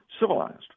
civilized